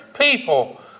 people